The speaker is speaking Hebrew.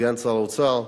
סגן שר האוצר,